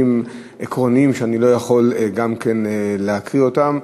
עקרוניים שאני לא יכול גם כן להקריא אותם,